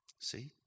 See